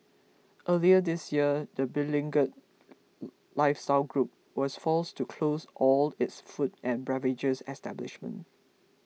earlier this year the beleaguered lifestyle group was forced to close all its food and beverage establishments